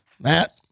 Matt